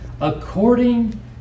according